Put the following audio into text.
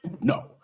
No